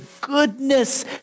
goodness